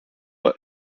were